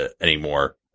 anymore